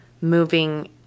moving